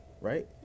right